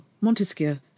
Montesquieu